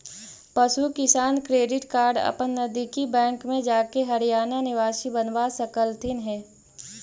पशु किसान credit card अपन नजदीकी बैंक में जाके हरियाणा निवासी बनवा सकलथीन हे